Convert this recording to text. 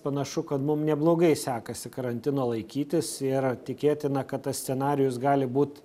panašu kad mum neblogai sekasi karantino laikytis ir tikėtina kad tas scenarijus gali būt